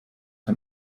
ein